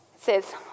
Says